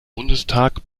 bundestag